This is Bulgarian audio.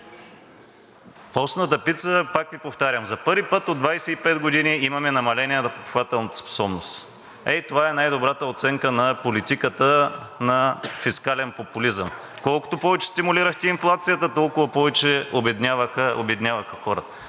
Постната пица, пак Ви повтарям, за първи път от 25 години имаме намаление на покупателната способност. Ей това е най-добрата оценка на политиката на фискален популизъм. Колкото повече стимулирахте инфлацията, толкова повече обедняваха,